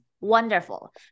wonderful